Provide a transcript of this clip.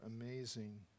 amazing